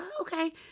okay